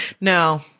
No